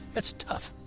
it's tough,